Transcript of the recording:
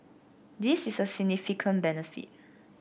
this is a significant benefit